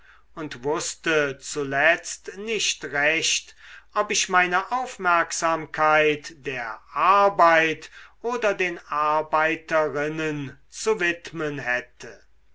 und wußte zuletzt nicht recht ob ich meine aufmerksamkeit der arbeit oder den arbeiterinnen zu widmen hätte